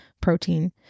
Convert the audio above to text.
protein